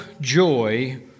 joy